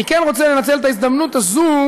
אני כן רוצה לנצל את ההזדמנות הזאת